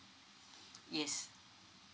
yes